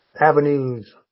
avenues